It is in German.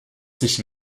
sich